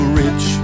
rich